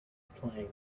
playing